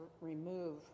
remove